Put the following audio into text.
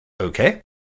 Okay